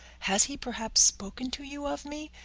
has he, perhaps, spoken to you of me?